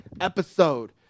episode